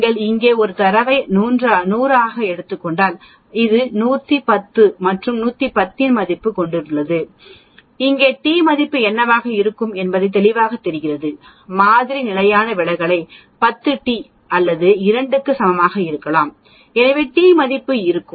நீங்கள் இங்கே ஒரு தரவை 100 ஆக எடுத்துக் கொண்டால் இது 110 மற்றும் 110 இன் மதிப்பு என்னவென்றால் இங்கே டி மதிப்பு என்னவாக இருக்கும் என்பது தெளிவாகத் தெரிகிறது மாதிரி நிலையான விலகலை 10 டி மதிப்பு 2 க்கு சமமாக இருக்கும் எனில் T மதிப்பு இருக்கும்